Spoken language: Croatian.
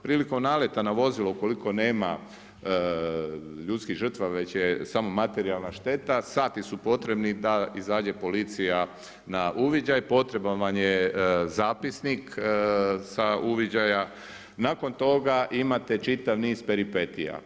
Prilikom naleta na vozilo, ukoliko nema ljudskim žrtava, već je samo materijalna šteta, sati su potrebni da izađe policija na uviđaj, potreban vam je zapisnik sa uviđaja, nakon toga imate čitav niz peripetija.